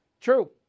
True